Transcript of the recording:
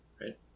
right